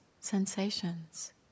sensations